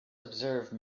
observe